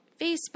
Facebook